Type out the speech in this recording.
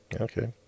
okay